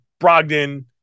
Brogdon